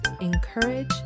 encourage